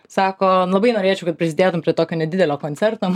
sako labai norėčiau kad prisidėtum prie tokio nedidelio koncerto